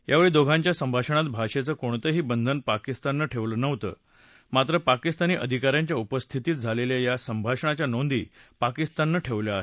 यावेळी दोघांच्या संभाषणात भाषेचं कोणतंही बंधन पाकिस्ताननं ठेवलं नव्हतं मात्र पाकिस्तानी अधिकाऱ्यांच्या उपस्थितीत झालेल्या या संभाषणाच्या नोंदी पाकिस्ताननं ठेवल्या आहेत